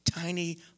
tiny